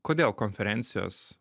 kodėl konferencijos